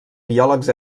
biòlegs